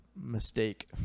mistake